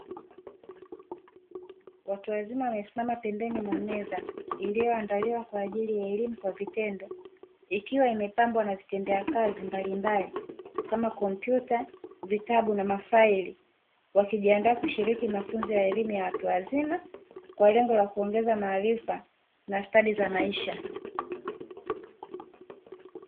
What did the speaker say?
Watu wazima wamesimama pembeni mwa meza iliyoandaliwa kwa ajili ya elimu kwa vitendo ikiwa imepambwa na vitendea kazi mbalimbali kama kompyuta, vitabu na mafaili wakijiandaa kushiriki mafunzo ya elimu ya watu wazima kwa lengo la kuongeza maarifa na stadi za maisha.